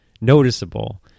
noticeable